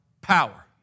Power